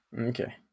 Okay